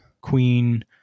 queen